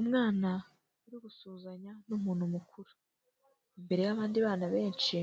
Umwana uri gusuhuzanya n'umuntu mukuru, imbere y'abandi bana benshi